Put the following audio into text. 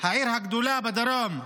העיר הגדולה בדרום,